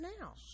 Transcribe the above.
now